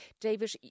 David